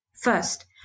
First